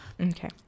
okay